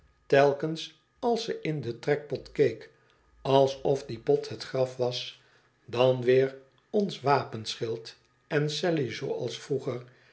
telkens als ze in den trekpot keek alsof dio pot het graf was dan weer ons wapenschild en sally zooals vroeger